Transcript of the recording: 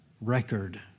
record